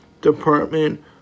department